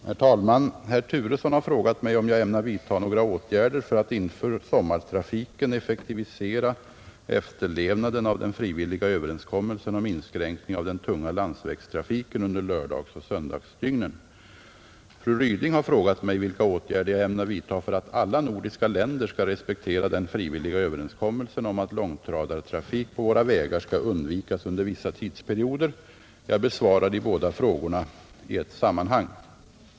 Herr talman! Herr Turesson har frågat mig om jag ämnar vidta några åtgärder för att inför sommartrafiken effektivisera efterlevnaden av den frivilliga överenskommelsen om inskränkning av den tunga landsvägstrafiken under lördagsoch söndagsdygnen. Fru Ryding har frågat mig vilka åtgärder jag ämnar vidta för att alla nordiska länder skall respektera den frivilliga överenskommelsen om att långtradartrafik på våra vägar skall undvikas under vissa tidsperioder. Jag besvarar de båda frågorna i ett sammanhang.